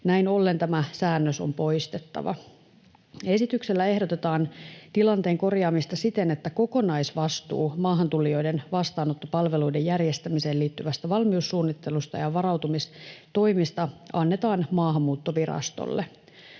Näin ollen tämä säännös on poistettava. Esityksellä ehdotetaan tilanteen korjaamista siten, että kokonaisvastuu maahantulijoiden vastaanottopalveluiden järjestämiseen liittyvästä valmiussuunnittelusta ja varautumistoimista annetaan Maahanmuuttovirastolle.